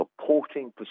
supporting